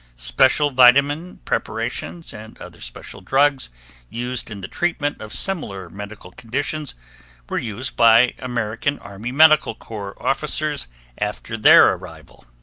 special vitamin preparations and other special drugs used in the treatment of similar medical conditions were used by american army medical corps officers after their arrival.